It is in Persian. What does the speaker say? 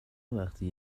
وقتی